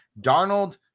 Darnold